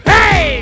Hey